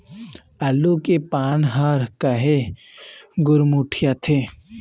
आलू के पान हर काहे गुरमुटाथे?